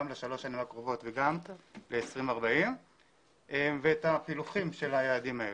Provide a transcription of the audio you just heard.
גם בשלוש השנים הקרובות וגם ל-2040 ואת הפילוחים של היעדים האלה.